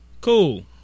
Cool